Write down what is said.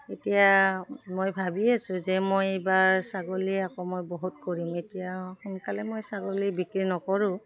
এতিয়া মই ভাবি আছোঁ যে মই এইবাৰ ছাগলীয়ে আকৌ মই বহুত কৰিম এতিয়া সোনকালে মই ছাগলী বিক্ৰী নকৰোঁ